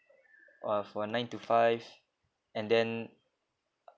uh for nine to five and then